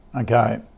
Okay